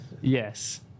Yes